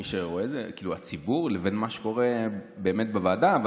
הציבור, לבין מה שקורה באמת בוועדה.